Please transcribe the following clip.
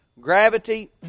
gravity